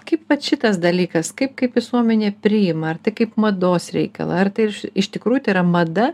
kaip vat šitas dalykas kaip kaip visuomenė priima ar tai kaip mados reikalą ar tai iš tikrųjų tai yra mada